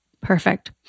Perfect